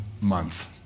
month